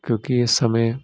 ਕਿਉਂਕਿ ਇਸ ਸਮੇਂ